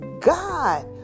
God